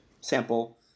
sample